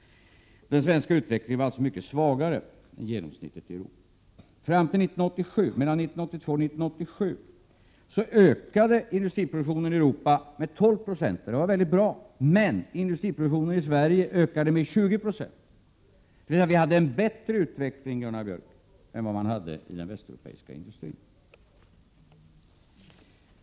Den svenska utvecklingen var alltså mycket svagare än genomsnittet i Europa. Mellan 1982 och 1987 ökade industriproduktionen i Europa med 12 96. Det var mycket bra. Men industriproduktionen i Sverige ökade med 20 96. Vi hade en bättre utveckling, Gunnar Björk, än vad man hade genomsnittligt i den västeuropeiska industrin.